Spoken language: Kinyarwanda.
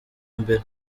mbere